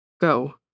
Go